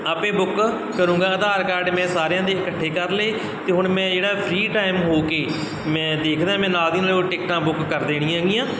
ਆਪੇ ਬੁੱਕ ਕਰੂੰਗਾ ਆਧਾਰ ਕਾਰਡ ਮੈਂ ਸਾਰਿਆਂ ਦੇ ਇਕੱਠੇ ਕਰ ਲਏ ਅਤੇ ਹੁਣ ਮੈਂ ਜਿਹੜਾ ਫਰੀ ਟਾਈਮ ਹੋ ਕੇ ਮੈਂ ਦੇਖਦਾ ਮੈਂ ਨਾਲ ਦੀ ਨਾਲ ਉਹ ਟਿਕਟਾਂ ਬੁੱਕ ਕਰ ਦੇਣੀਆਂ ਹੈਗੀਆਂ